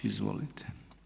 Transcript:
Izvolite.